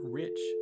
rich